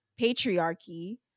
patriarchy